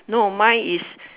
no mine is